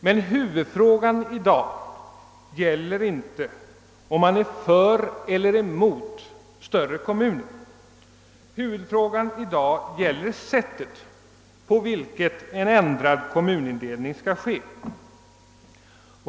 Men huvudfrågan i dag gäller inte, om man är för eller emot större kommuner, utan den gäller sättet på vilket en ändrad kommunindelning skall ske.